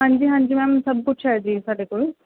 ਹਾਂਜੀ ਹਾਂਜੀ ਮੈਮ ਸਭ ਕੁਛ ਹੈ ਜੀ ਸਾਡੇ ਕੋਲ